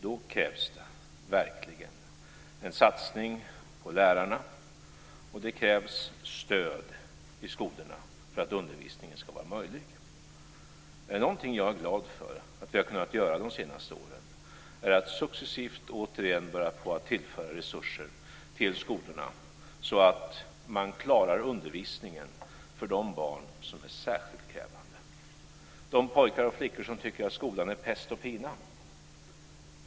Då krävs det verkligen en satsning på lärarna, och det krävs stöd i skolorna för att undervisningen ska vara möjlig. Är det någonting jag är glad för att vi har kunnat göra under de senaste åren så är det att vi successivt och återigen har börjat tillföra skolorna resurser så att de klarar undervisningen för de barn som är särskilt krävande. Det gäller de pojkar och flickor som tycker att skolan är pest och pina.